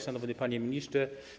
Szanowny Panie Ministrze!